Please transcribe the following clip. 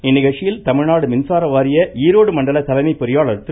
இந்நிகழ்ச்சியில் தமிழ்நாடு மின்சார வாரிய ஈரோடு மண்டல தலைமை பொறியாளர் திரு